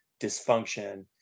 dysfunction